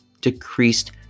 decreased